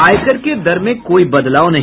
आयकर के दर में कोई बदलाव नहीं